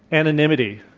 anonymity.